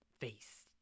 face